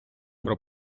про